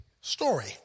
story